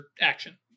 action